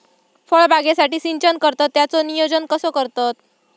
फळबागेसाठी सिंचन करतत त्याचो नियोजन कसो करतत?